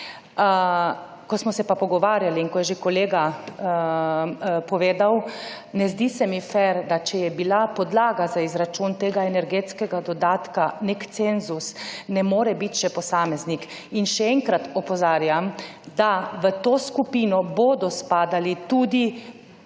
Ko smo se pogovarjali, kot je že kolega povedal, ne zdi se mi fer, da če je bila podlaga za izračun tega energetskega dodatka nek cenzus, ne more biti še posameznik. In še enkrat opozarjam, da bodo v to skupino spadali tudi